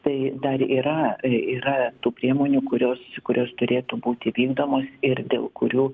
tai dar yra yra tų priemonių kurios kurios turėtų būti vykdomos ir dėl kurių